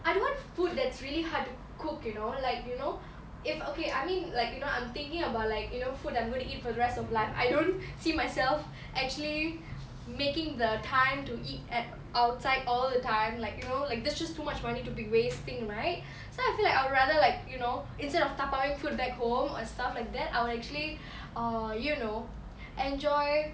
I don't want food that's really hard to cook you know like you know if okay I mean like you know I'm thinking about like you know food that I'm going to eat for the rest of life I don't see myself actually making the time to eat at outside all the time like you know like that's just too much money to be wasting right so I feel like I would rather like you know instead of tabao-ing food back home or stuff like that I would actually err you know enjoy